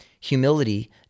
humility